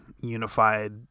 unified